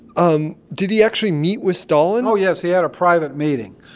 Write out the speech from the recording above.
um did he actually meet with stalin? oh, yes. he had a private meeting.